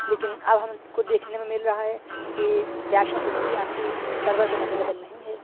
لیکن اب ہم کو دیکھنے میں مل رہا ہے کہ کیش آن ڈیلیوری آپ کے سرور پہ اویلیبل نہیں ہے